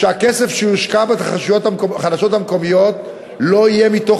שהכסף שיושקע בחדשות המקומיות לא יהיה מתוך